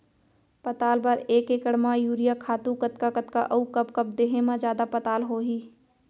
पताल बर एक एकड़ म यूरिया खातू कतका कतका अऊ कब कब देहे म जादा पताल होही?